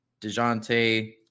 Dejounte